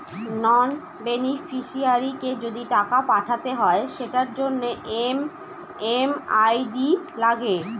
নন বেনিফিশিয়ারিকে যদি টাকা পাঠাতে হয় সেটার জন্য এম.এম.আই.ডি লাগে